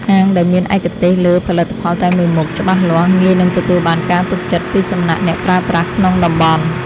ហាងដែលមានឯកទេសលើផលិតផលតែមួយមុខច្បាស់លាស់ងាយនឹងទទួលបានការទុកចិត្តពីសំណាក់អ្នកប្រើប្រាស់ក្នុងតំបន់។